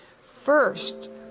First